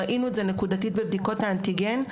ראינו את זה נקודתית בבדיקות האנטיגן.